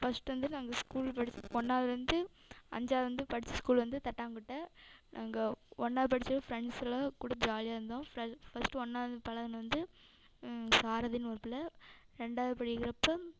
first வந்து நாங்கள் school படிச் ஒன்னாவுதுலேருந்து அஞ்சாவது வந்து படித்த ஸ்கூல் வந்து தட்டாங்குட்டை நாங்கள் ஒன்னாவுது படிச்சது ஃப்ரெண்ட்ஸ் எல்லாம் கூட ஜாலியாக இருந்தோம் ஃப்ரெ ஃபஸ்ட்டு ஒன்னாவுது பழகின வந்து சாரதின்னு ஒரு பிள்ள ரெண்டாவது படிக்கிறப்போ